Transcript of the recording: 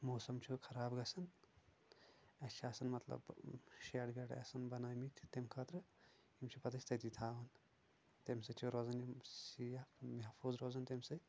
موسم چھُ خراب گژھان اسہِ چھِ آسان مطلب شیٚڈ ویٚڈ آسان بنٲیمٕتۍ تمہِ خٲطرٕ یِم چھِ پتہٕ أسۍ تٔتی تھاوان تمہِ سۭتۍ چھِ روزان یِم سیف محفوظ روزان تمہِ سۭتۍ